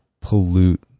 pollute